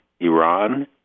Iran